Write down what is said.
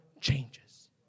changes